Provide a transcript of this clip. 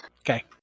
Okay